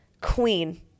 Queen